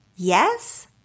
Yes